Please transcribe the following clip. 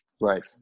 Right